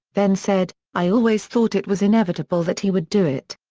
then said, i always thought it was inevitable that he would do it.